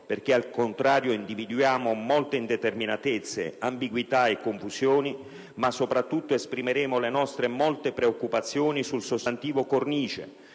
perché al contrario individuiamo molte indeterminatezze, ambiguità e confusioni, ma soprattutto esprimeremo le nostre molte preoccupazioni sul sostantivo «cornice»,